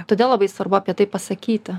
todėl labai svarbu apie tai pasakyti